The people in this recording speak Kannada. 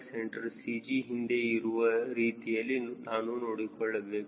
c CG ಹಿಂದೆ ಇರುವ ರೀತಿಯಲ್ಲಿ ನಾನು ನೋಡಿಕೊಳ್ಳಬೇಕು